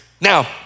Now